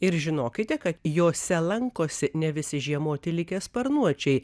ir žinokite kad jose lankosi ne visi žiemoti likę sparnuočiai